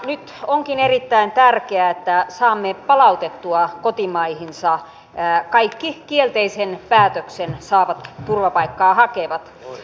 nyt onkin erittäin tärkeää että saamme palautettua kotimaihinsa kaikki kielteisen päätöksen saavat turvapaikkaa hakevat